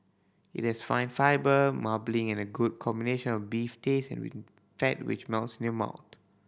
it has fine fibre marbling and a good combination of beef taste and fat which melts in your mouth